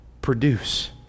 produce